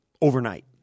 overnight